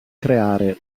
creare